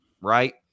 right